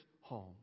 home